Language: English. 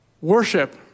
Worship